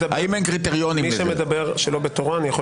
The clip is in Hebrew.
האם אתה להעיף אנשים מהוועדה כשבא לך.